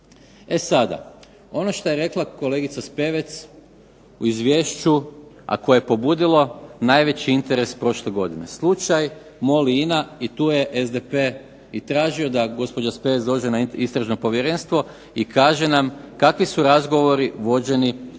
E sada, ono što je rekla kolegica Spevec u izvješću, a koje je pobudilo najveći interes prošle godine. Slučaj MOL i INA i tu je SDP tražio da gospođa Spevec dođe na Istražno povjerenstvo i kaže nam kakvi su razgovori vođeni po